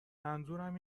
منظورم